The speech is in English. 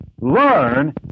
learn